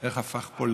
איך הפך פה,